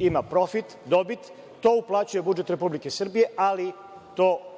ima profit, dobit, i to uplaćuje u budžet Republike Srbije, ali to nije